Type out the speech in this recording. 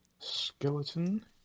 Skeleton